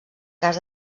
cas